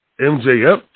MJF